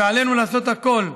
ועלינו לעשות הכול: